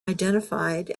identified